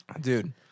Dude